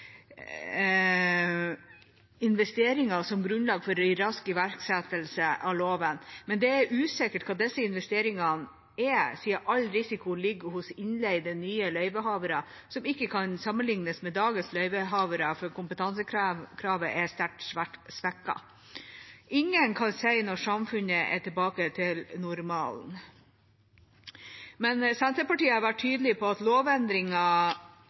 investeringer som grunnlag for rask iverksettelse av loven, men det er usikkert hva disse investeringene er, siden all risiko ligger hos innleide nye løyvehavere som ikke kan sammenlignes med dagens løyvehavere, fordi kompetansekravet er sterkt svekket. Ingen kan si når samfunnet er tilbake til normalen, men Senterpartiet har vært tydelig på at